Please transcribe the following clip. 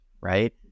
right